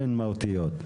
הן מהותיות.